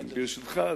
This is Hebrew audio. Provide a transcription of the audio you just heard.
ברשותך,